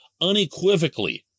unequivocally